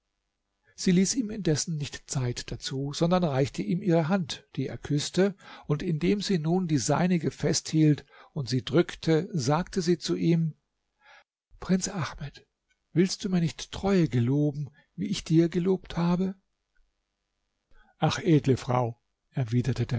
sie ließ ihm indessen nicht zeit dazu sondern reichte ihm ihre hand die er küßte und indem sie nun die seinige festhielt und sie drückte sagte sie zu ihm prinz ahmed willst du mir nicht treue geloben wie ich dir gelobt habe ach edle frau erwiderte